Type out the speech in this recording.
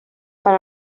per